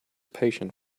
patient